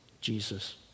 Jesus